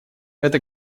это